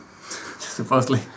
Supposedly